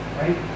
right